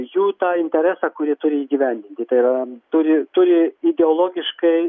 jų tą interesą kurį turi įgyvendinti tai yra turi turi ideologiškai